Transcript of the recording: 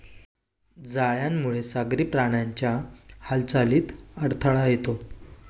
जाळ्यामुळे सागरी प्राण्यांच्या हालचालीत अडथळा येतो